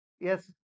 yes